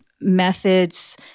methods